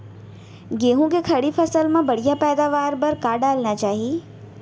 गेहूँ के खड़ी फसल मा बढ़िया पैदावार बर का डालना चाही?